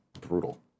brutal